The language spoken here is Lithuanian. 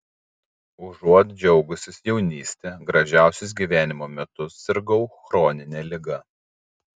užuot džiaugusis jaunyste gražiausius gyvenimo metus sirgau chronine liga